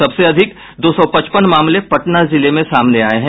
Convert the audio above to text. सबसे अधिक दो सौ पचपन मामले पटना जिले में सामने आये हैं